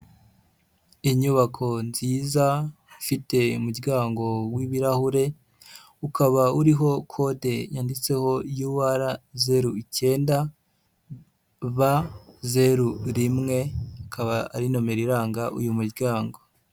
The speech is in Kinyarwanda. Inyubako nziza ifite umuryango w'ibirahure ukaba uriho kode yanditseho UR zeru icyenda B zeru rimwe, ikaba ari numero iranga uyu muryango.